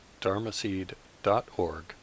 dharmaseed.org